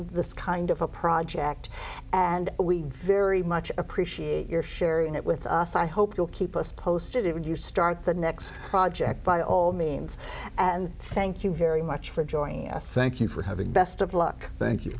this kind of a project and we very much appreciate your sharing it with us i hope you'll keep us posted it when you start the next project by all means and thank you very much for joining us thank you for having best of luck thank you